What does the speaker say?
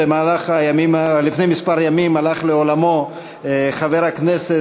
לפני כמה ימים הלך לעולמו חבר הכנסת,